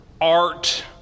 art